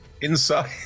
inside